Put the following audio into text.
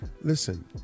Listen